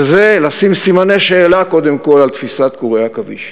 וזה לשים סימני שאלה קודם כול על תפיסת קורי העכביש.